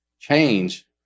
change